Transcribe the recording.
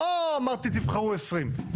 לא אמרתי תבחרו עשרים,